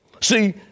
See